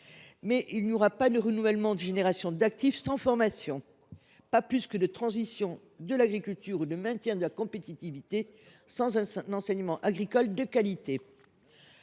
Il n’y aura pas de renouvellement de générations d’actifs sans formation, pas plus que de transition de l’agriculture ou de maintien de la compétitivité sans enseignement agricole de qualité.